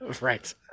Right